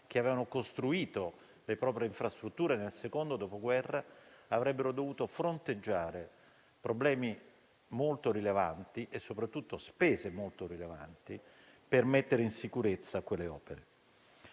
che avevano costruito le proprie infrastrutture nel Secondo dopoguerra avrebbero dovuto fronteggiare problemi e soprattutto spese molto rilevanti per metterle in sicurezza.